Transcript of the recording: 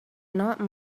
not